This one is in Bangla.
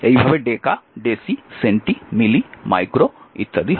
এইভাবে deca deci centi milli micro ইত্যাদি হয়